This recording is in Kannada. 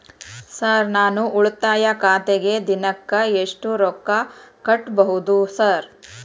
ಸರ್ ನಾನು ಉಳಿತಾಯ ಖಾತೆಗೆ ದಿನಕ್ಕ ಎಷ್ಟು ರೊಕ್ಕಾ ಕಟ್ಟುಬಹುದು ಸರ್?